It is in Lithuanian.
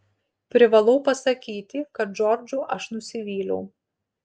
privalau pasakyti kad džordžu aš nusivyliau